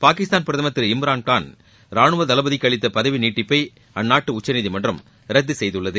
பாகிஸ்தான் பிரதமர் திரு இம்ரான்கான் ரானுவ தளபதிக்கு அளித்த பதவி நீட்டிப்பை அந்நாட்டு உச்சநீதிமன்றம் ரத்து செய்துள்ளது